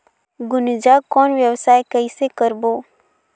गुनजा कौन व्यवसाय कइसे करबो?